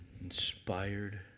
inspired